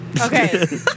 Okay